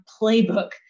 playbook